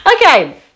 Okay